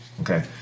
okay